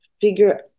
figure